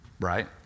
right